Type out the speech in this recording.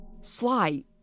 Sly